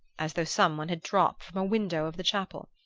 as though someone had dropped from a window of the chapel.